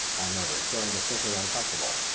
i murmured, feeling distinctly uncomfortable.